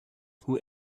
who